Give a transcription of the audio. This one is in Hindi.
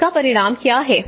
इसका परिणाम क्या है